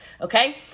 okay